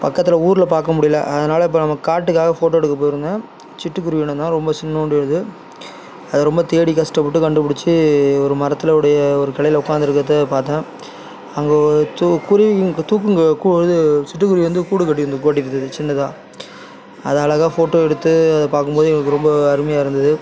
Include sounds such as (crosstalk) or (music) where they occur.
பக்கத்தில் ஊரில் பார்க்க முடியல அதனால் இப்போ நம்ம காட்டுக்காக ஃபோட்டோ எடுக்கப் போயிருந்தேன் சிட்டுக்குருவி இனம் தான் ரொம்ப சின்னோன்டு இது அதை ரொம்ப தேடி கஷ்டப்பட்டு கண்டுப்பிடிச்சி ஒரு மரத்துலவுடைய ஒரு கிளைல உட்காந்துருக்கிறத பார்த்தேன் அங்கே ஒரு தூ குருவிங் தூக்குங்க கு இது சிட்டுக்குருவி வந்து கூடு கட்டியிருந்துது (unintelligible) சின்னதாக அதை அழகாக ஃபோட்டோ எடுத்து அதை பார்க்கும்போது எனக்கு ரொம்ப அருமையாக இருந்தது